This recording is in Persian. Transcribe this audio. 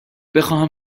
بخواهم